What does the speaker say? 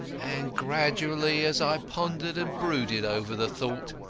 and gradually, as i pondered and brooded over the thought,